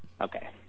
Okay